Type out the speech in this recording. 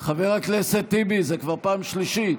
חבר הכנסת טיבי, זו כבר פעם שלישית.